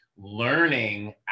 learning